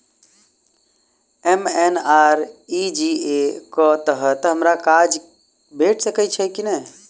MNREGA कऽ तहत हमरा काज भेट सकय छई की नहि?